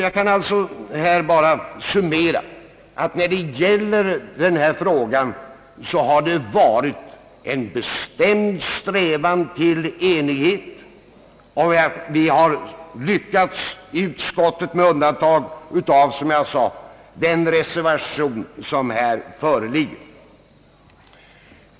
Jag kan här bara summera att det i denna fråga har varit en bestämd strävan till enighet inom utskottet, och vi har lyckats i utskottet med undantag för — som jag sade — den reservation som här avgivits.